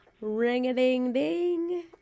Ring-a-ding-ding